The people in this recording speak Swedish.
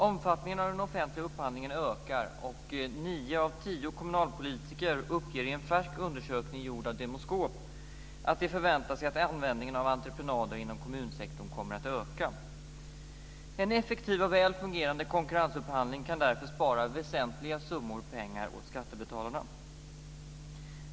Omfattningen av den offentliga upphandlingen ökar, och nio av tio kommunalpolitiker uppger i en färsk undersökning gjord av Demoskop att de förväntar sig att användningen av entreprenader inom kommunsektorn kommer att öka. En effektiv och väl fungerande konkurrensupphandling kan därför spara väsentliga summor pengar åt skattebetalarna.